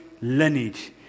lineage